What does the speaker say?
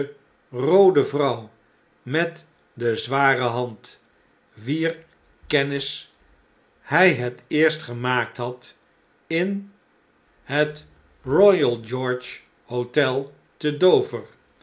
vrouw met de zware hand wier kennis hjj het eerst gemaakt had in het eoyal george hotel te d